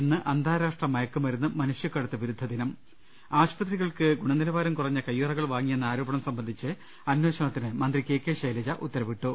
ഇന്ന് അന്താരാഷ്ട്രമയക്കുമരുന്ന് മനുഷ്യക്കടത്ത് വിരുദ്ധദിനം ആശുപത്രികൾക്ക് ഗുണനിലവാരം കുറഞ്ഞ കൈയ്യുറകൾ വാങ്ങി യെന്ന് ആരോപണം സംബന്ധിച്ച് അന്വേഷണത്തിന് മന്ത്രി കെ കെ ശൈലജ ഉത്തരവിട്ടു